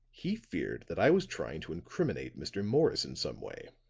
he feared that i was trying to incriminate mr. morris in some way.